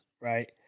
right